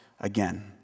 again